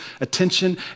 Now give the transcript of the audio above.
attention